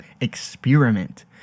experiment